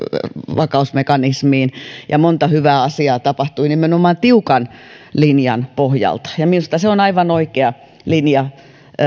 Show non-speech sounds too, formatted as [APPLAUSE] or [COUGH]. vakausmekanismiin [UNINTELLIGIBLE] [UNINTELLIGIBLE] ja monta hyvää asiaa tapahtui nimenomaan tiukan linjan pohjalta minusta se on aivan oikea linja